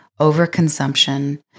overconsumption